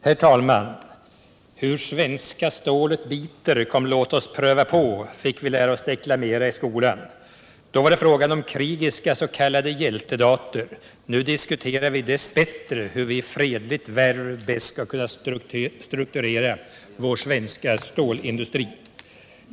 Herr talman! ”Hur svenska stålet biter, kom låt oss pröva på”, fick vi lära oss deklamera i skolan. Då var det fråga om krigiska s.k. hjältedater. Nu diskuterar vi dess bättre hur vi fredligt bäst skall kunna strukturera vår svenska stålindustri.